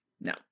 No